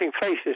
faces